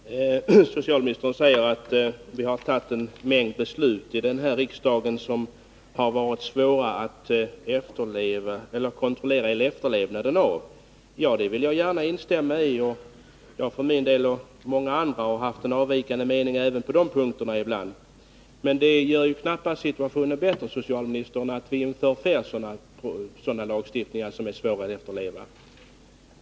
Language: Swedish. Fru talman! Socialministern säger att den här riksdagen har fattat en mängd beslut som det är svårt att kontrollera efterlevnaden av. Ja, det vill jag gärna instämma i. Jag och många andra har ibland haft en avvikande mening även på de punkterna. Men det gör knappast situationen bättre att vi inför flera lagstiftningar som det är svårt att kontrollera efterlevnaden av.